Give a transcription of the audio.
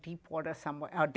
deep water somewhere o